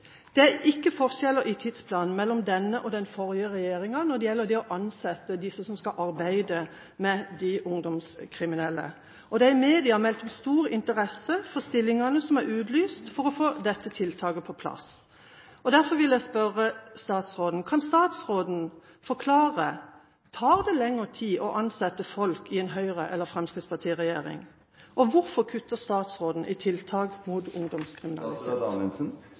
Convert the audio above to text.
Det er ikke forskjeller i tidsplanen mellom denne og den forrige regjeringen når det gjelder det å ansette disse som skal arbeide med de ungdomskriminelle. Det er i media meldt om stor interesse for stillingene som er utlyst for å få dette tiltaket på plass. Derfor vil jeg be statsråden forklare: Tar det lengre tid å ansette folk i en Høyre- og Fremskrittsparti-regjering, og hvorfor kutter statsråden i tiltak rettet mot